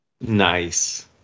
Nice